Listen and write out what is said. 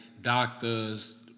Doctors